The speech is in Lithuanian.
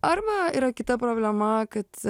arba yra kita problema kad